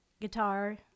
guitar